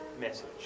message